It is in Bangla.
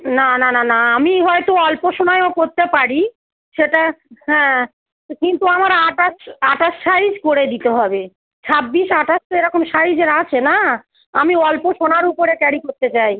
না না না না আমি হয়তো অল্প সময়েও করতে পারি সেটা হ্যাঁ কিন্তু আমার আঠাশ আঠাশ সাইজ করে দিতে হবে ছাব্বিশ আঠাশ তো এরকম সাইজের আছে না আমি অল্প সোনার উপরে ক্যারি করতে চাই